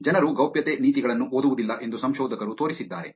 ಜನರು ಗೌಪ್ಯತೆ ನೀತಿಗಳನ್ನು ಓದುವುದಿಲ್ಲ ಎಂದು ಸಂಶೋಧಕರು ತೋರಿಸಿದ್ದಾರೆ